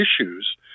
issues